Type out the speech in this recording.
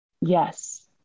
Yes